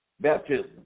baptism